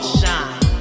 shine